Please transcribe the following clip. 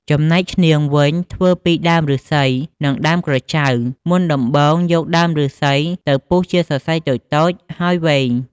ចំណែកឈ្នាងវិញធ្វើពីដើមឫស្សី និងដើមក្រចៅ មុនដំបូងយកដើមឬស្សីទៅពុះជាសរសៃតូចៗហើយវែង។